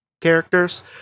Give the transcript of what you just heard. characters